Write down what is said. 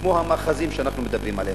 כמו המאחזים שאנחנו מדברים עליהם.